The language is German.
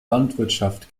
landwirtschaft